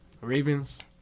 Ravens